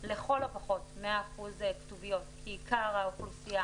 לכל הפחות 100% כתוביות כי עיקר האוכלוסייה